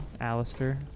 Alistair